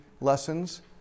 lessons